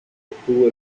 estuvo